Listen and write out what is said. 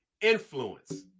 influence